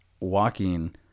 walking